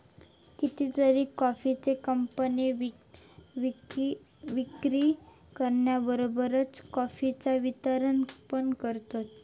कितीतरी कॉफीचे कंपने विक्री करण्याबरोबरच कॉफीचा वितरण पण करतत